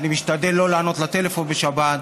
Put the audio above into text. אני משתדל לא לענות לטלפון בשבת.